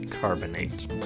Carbonate